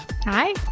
hi